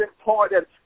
important